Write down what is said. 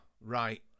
right